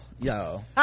yo